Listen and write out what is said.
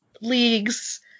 leagues